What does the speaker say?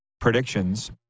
predictions